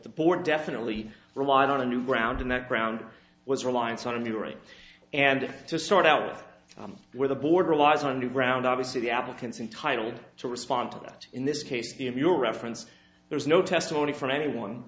the board definitely relied on a new ground and that ground was reliance on the right and if to sort out where the border lies underground obviously the applicants intitled to respond to that in this case the in your reference there is no testimony from anyone